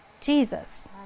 Jesus